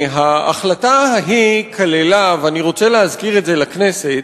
ההחלטה ההיא כללה, ואני רוצה להזכיר את זה לכנסת,